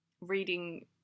reading